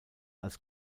als